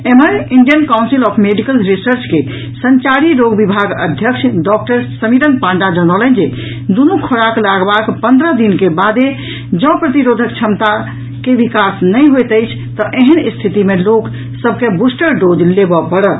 एम्हर Indian council of medical research के संचारी रोग विभागक अध्यक्ष डॉक्टर समिरन पांडा जनौलनि जे दूनू खुराक लागबाक पंद्रह दिनक बादो जॅऽ प्रतिरोधक क्षमता के विकास नहि होयत अछि तऽ एहेन स्थिति मे लोक सभ के बूस्टर डोज लेबऽ पड़त